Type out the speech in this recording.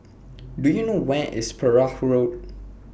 Do YOU know Where IS Perahu Road